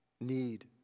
need